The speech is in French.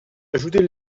ajoutez